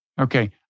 Okay